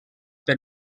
per